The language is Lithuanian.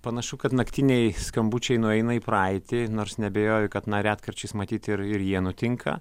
panašu kad naktiniai skambučiai nueina į praeitį nors neabejoju kad na retkarčiais matyt ir ir jie nutinka